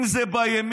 אם זה בימין,